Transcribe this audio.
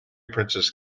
princess